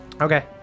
Okay